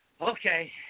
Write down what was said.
Okay